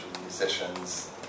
musicians